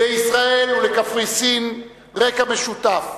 לישראל ולקפריסין רקע משותף.